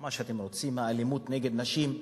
מה שאתם רוצים, האלימות נגד נשים,